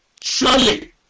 surely